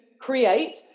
create